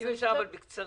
אבל אם אפשר בקצרה.